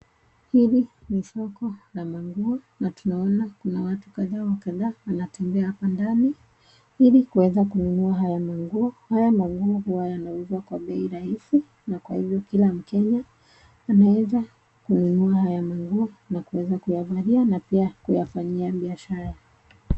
Hili ni soko la manguo na tunaona kuna watu kadhaa wa kadhaa wanatembea hapa ndani ili kuweza kununua haya manguo. Haya manguo huwa yanauzwa kwa bei rahisi na kwa hivyo kila mkenya anaweza kununua haya manguo na kuyavalia na pia kuyafanyia biashara.